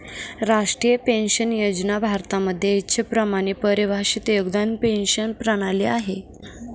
राष्ट्रीय पेन्शन योजना भारतामध्ये इच्छेप्रमाणे परिभाषित योगदान पेंशन प्रणाली आहे